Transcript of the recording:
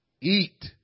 eat